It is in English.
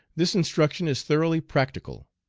this instruction is thoroughly practical.